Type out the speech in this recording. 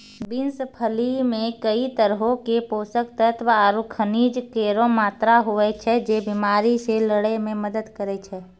beans फली मे कई तरहो क पोषक तत्व आरु खनिज केरो मात्रा होय छै, जे बीमारी से लड़ै म मदद करै छै